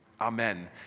Amen